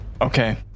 okay